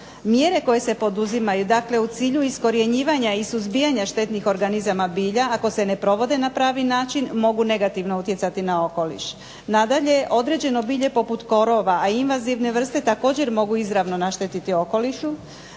mjere koje se poduzimaju, dakle u cilju iskorjenjivanja i suzbijanja štetnih organizama bilja, ako se ne provode na pravi način, mogu negativno utjecati na okoliš. Nadalje određeno bilje poput korova, a invazivne vrste također mogu izravno naštetiti okolišu,